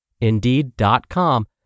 Indeed.com